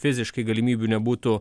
fiziškai galimybių nebūtų